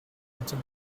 minted